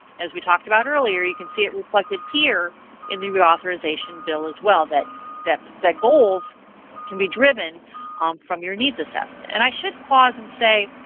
as we talked about earlier, you can see it reflected here in the re-authorization bill as well. that that goals can be driven from your needs assessment. and i should pause and say,